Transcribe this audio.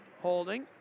Holding